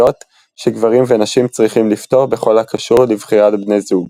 שגברים ונשים צריכים לפתור בכל הקשור לבחירת בני-זוג.